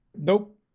Nope